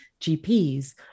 GPs